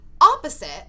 opposite